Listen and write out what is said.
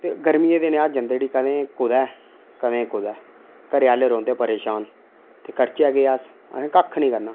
ते गर्मियें दे दिनें अह् जंदे उठी कुदै कदें कुदै घरै आह्ले रौंहेदे परेशान ते करचै केह् अस उ'नें कक्ख निं करना